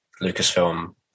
Lucasfilm